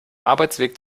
arbeitsweg